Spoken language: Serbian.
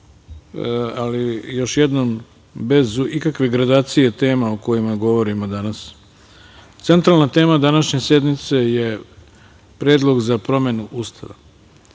ali još jednom bez ikakve gradacije tema o kojima govorimo danas. Centralna tema današnje sednice je predlog za promenu Ustava. Ovde